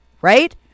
right